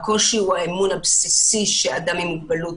הקושי הוא באמון הבסיסי שאדם עם מוגבלות